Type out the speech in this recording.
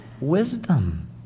Wisdom